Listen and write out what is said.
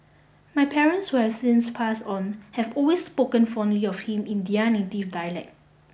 my parents who have since passed on have always spoken fondly of him in dialect